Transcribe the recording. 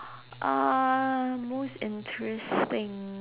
uh most interesting